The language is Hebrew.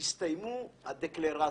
הסתיימו הדקלרציות.